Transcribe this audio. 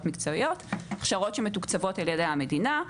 מקצועיות: הכשרות שמתוקצבות על ידי המדינה.